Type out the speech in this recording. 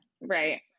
right